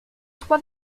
trois